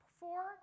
four